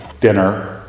dinner